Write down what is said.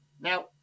Now